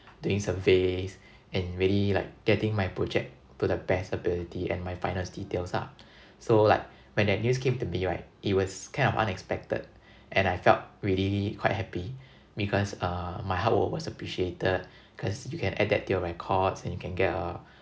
doing surveys and really like getting my project to the best ability and my finest details lah so like when that news came to me right it was kind of unexpected and I felt really quite happy because uh my hard work was appreciated cause you can add that to your records and you can get a